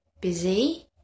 busy